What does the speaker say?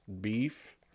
beef